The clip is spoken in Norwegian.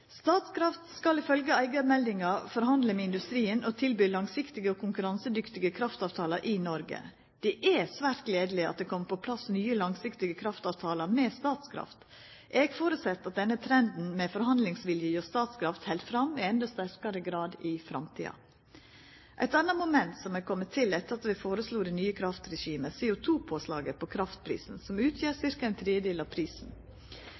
skal ifølgje eigarmeldinga forhandla med industrien og tilby langsiktige og konkurransedyktige kraftavtaler i Noreg. Det er svært gledeleg at det kom på plass nye langsiktige kraftavtaler med Statkraft. Eg føreset at denne trenden med forhandlingsvilje hjå Statkraft held fram i endå sterkare grad i framtida. Eit anna moment som er kome til etter at vi foreslo det nye kraftregimet, er CO2-påslaget på kraftprisen, som utgjer ca. ein tredjedel av prisen.